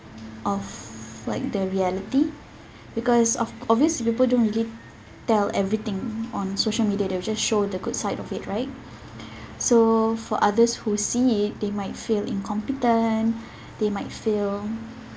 of like the reality because ob~ obviously people don't really tell everything on social media they will just show the good side of it right so for others who see it they might feel incompetent they might feel